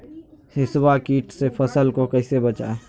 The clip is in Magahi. हिसबा किट से फसल को कैसे बचाए?